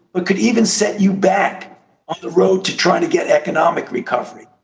but could even set you back on the road to trying to get economic recovery.